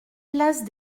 place